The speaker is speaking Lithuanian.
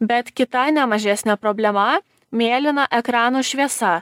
bet kita nemažesnė problema mėlyna ekrano šviesa